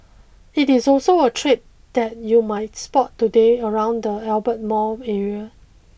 it is also a trade that you might spot today around the Albert Mall area